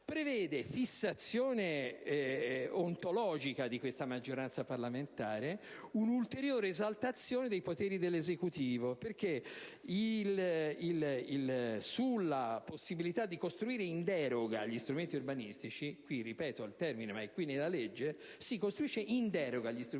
prevede - fissazione ontologica di questa maggioranza parlamentare - un'ulteriore esaltazione dei poteri dell'Esecutivo. Infatti, sulla possibilità di costruire in deroga agli strumenti urbanistici (ripeto il termine, che però è presente nella legge: si costruisce in deroga agli strumenti urbanistici),